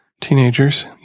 teenagers